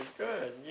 good!